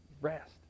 rest